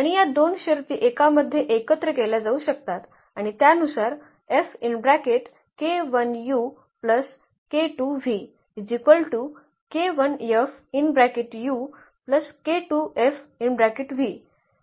आणि या दोन शर्ती एकामध्ये एकत्र केल्या जाऊ शकतात आणि त्यानुसार